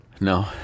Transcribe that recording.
No